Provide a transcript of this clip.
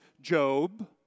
Job